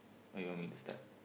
what you want me to start